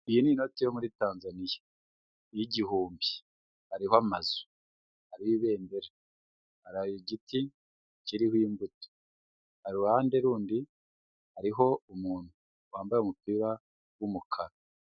Iyi ni inoti yo muri Tanzaniya y'igihumbi, hariho amazu, hariho ibendera, hari igiti kiriho imbuto, uruhande rundi hariho umuntu wambaye umupira w'umukara.